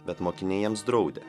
bet mokiniai jiems draudė